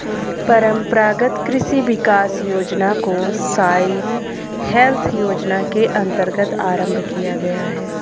परंपरागत कृषि विकास योजना को सॉइल हेल्थ योजना के अंतर्गत आरंभ किया गया है